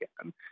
again